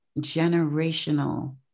generational